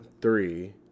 three